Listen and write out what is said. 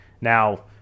now